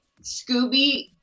scooby